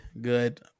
good